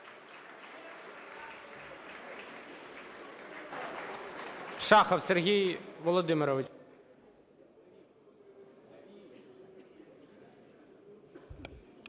Шахов Сергій Володимирович.